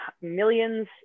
millions